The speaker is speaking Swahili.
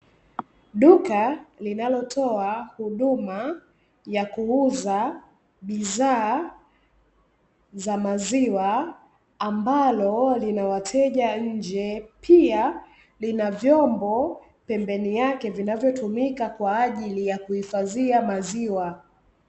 Duka linalotoa huduma ya kuuza bidhaa za maziwa ambalo lina wateja nje. Pia lina vyombo pembeni yake vinavyotumika kwa ajili ya kuhifadhia maziwa.